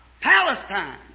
Palestine